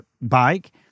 bike